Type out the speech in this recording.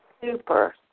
Super